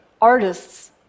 artists